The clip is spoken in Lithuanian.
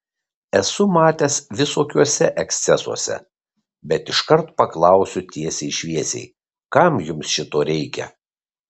esu matęs visokiuose ekscesuose bet iškart paklausiu tiesiai šviesiai kam jums šito reikia